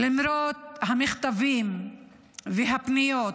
למרות המכתבים והפניות,